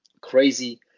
crazy